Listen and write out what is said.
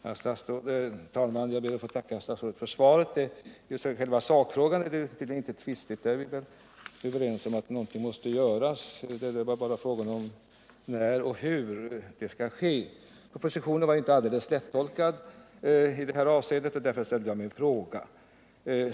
Herr talman! Jag ber att få tacka statsrådet för svaret. Själva sakfrågan är inte tvistig, utan vi är överens om att någonting måste göras. Det är bara fråga om när och hur det skall ske. Propositionen, 1978/ 79:55, var inte helt lättolkad i detta avseende, och därför ställde jag min fråga.